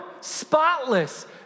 spotless